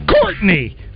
Courtney